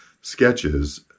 sketches